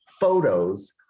photos